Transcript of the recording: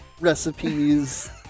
Recipes